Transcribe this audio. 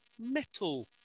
metal